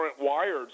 wired